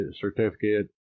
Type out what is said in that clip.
certificate